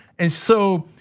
and so,